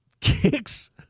kicks